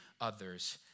others